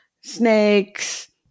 snakes